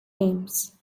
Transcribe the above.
names